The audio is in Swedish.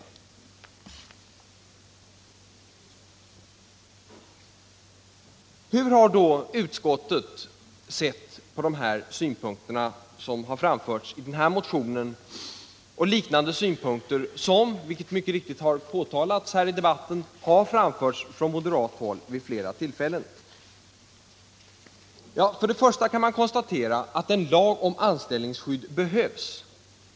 Hur har då utskottet sett på dessa synpunkter som framförts i min motion och liknande synpunkter som — vilket mycket riktigt har påpekats här i dag — framförts från moderat håll vid flera tillfällen? Först och främst kan man konstatera att en lag om anställningsskydd behövs.